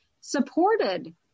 supported